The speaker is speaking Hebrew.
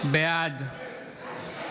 בעד אורנה ברביבאי,